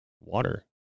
water